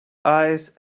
eyes